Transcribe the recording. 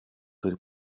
turi